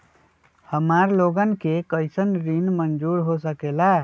हमार लोगन के कइसन ऋण मंजूर हो सकेला?